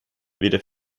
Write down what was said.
weder